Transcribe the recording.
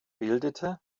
bildete